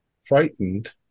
frightened